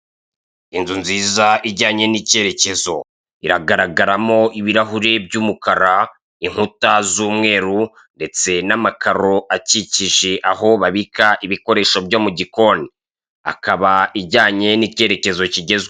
Inzu nziza ijyanye n'icyerekezo, iragaragaramo ibirahuri by'umukara, inkuta z'umweru ndetse n'amakaro akikije aho babika ibikoresho byo mu gikoni. Ikaba ijyanye n'icyerekezo kigezweho.